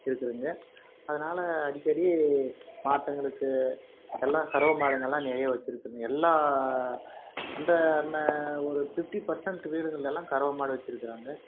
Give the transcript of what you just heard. இருக்கிறங்க அதனால அடிக்கடி மாட்டுங்களுக்கு எல்லாம் கறவை மாடுங்க எல்லாம் நிறையா வச்சுருக்குங்க எல்லா அந்த என்ன ஒரு ஃபிஃப்டி பர்சென்ட் வீடுகள்லெலாம் எல்லாம் கறவை மாடு வச்சுருக்குறாங்க